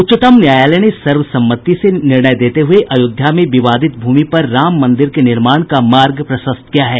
उच्चतम न्यायालय ने सर्वसम्मति से निर्णय देते हुए अयोध्या में विवादित भूमि पर राम मंदिर के निर्माण का मार्ग प्रशस्त किया है